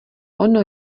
ono